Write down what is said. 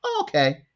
okay